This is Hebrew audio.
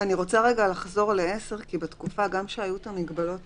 אני רוצה רגע לחזור ל-(10) כי גם בתקופה שהיו בה המגבלות